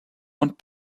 und